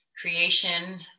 creation